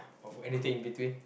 or for anything in between